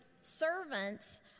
servants